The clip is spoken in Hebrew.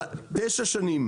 תשע שנים,